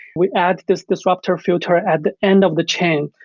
we add this disruptor filter at the end of the chain,